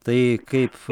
tai kaip